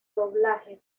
doblaje